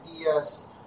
ideas